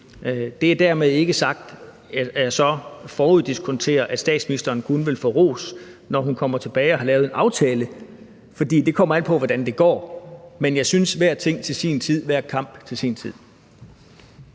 Det er dermed ikke sagt, at jeg så foruddiskonterer, at statsministeren kun vil få ros, når hun kommer tilbage og har lavet en aftale, for det kommer an på, hvordan det går. Men jeg synes, at vi skal tage hver ting til sin tid, hver kamp til sin tid.